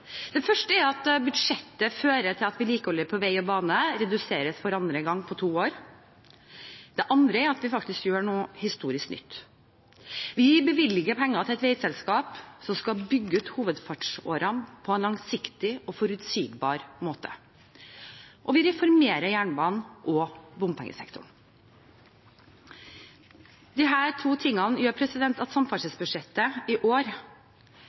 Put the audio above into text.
Det første er at budsjettet fører til at vedlikeholdet på vei og bane reduseres for andre gang på to år. Det andre er at vi faktisk gjør noe historisk nytt. Vi bevilger penger til et veiselskap som skal bygge ut hovedfartsårene på en langsiktig og forutsigbar måte, og vi reformerer jernbanen og bompengesektoren. Disse to tingene gjør at samferdselsbudsjettet i år